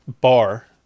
bar